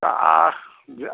तो जो